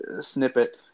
snippet